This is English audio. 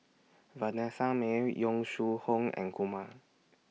Vanessa Mae Yong Shu Hoong and Kumar